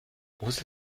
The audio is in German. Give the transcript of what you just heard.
muss